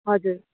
हजुर